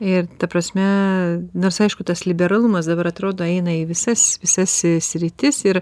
ir ta prasme nors aišku tas liberalumas dabar atrodo eina į visas visas sritis ir